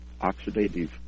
oxidative